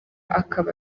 akaba